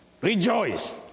rejoice